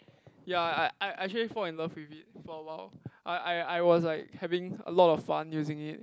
yea I I I actually fall in love with it for awhile I I I was like having a lot of fun using it